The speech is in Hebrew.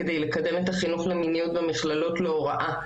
על מנת לקדם את החינוך למיניות במכללות להוראה.